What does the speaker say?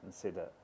consider